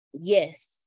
Yes